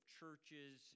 churches